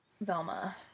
Velma